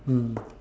mm